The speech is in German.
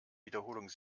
wiederholung